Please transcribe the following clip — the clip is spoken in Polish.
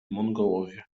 mongołowie